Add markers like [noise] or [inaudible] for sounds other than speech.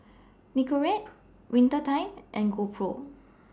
Nicorette [noise] Winter Time and GoPro